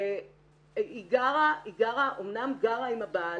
היא אמנם גרה עם הבעל